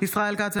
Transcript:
ישראל כץ,